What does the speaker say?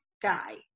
Guy